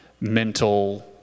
mental